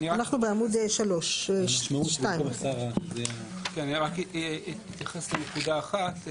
אנחנו בעמוד 3. 2. כן, אני רק אתייחס לנקודה אחת.